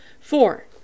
Four